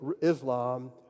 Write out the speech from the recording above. Islam